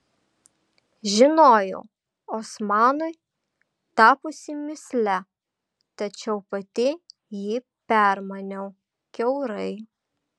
žinojau osmanui tapusi mįsle tačiau pati jį permaniau kiaurai